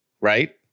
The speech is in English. Right